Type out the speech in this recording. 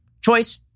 Choice